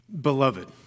beloved